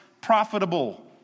profitable